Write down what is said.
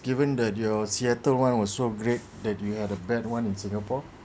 given that your seattle one was so great that you had a bad one in singapore